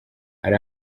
hari